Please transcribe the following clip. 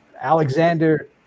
Alexander